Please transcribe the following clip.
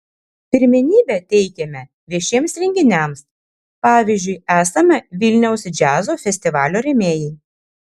pirmenybę teikiame viešiems renginiams pavyzdžiui esame vilniaus džiazo festivalio rėmėjai